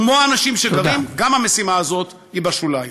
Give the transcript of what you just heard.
כמו האנשים שגרים, גם המשימה הזאת היא בשוליים.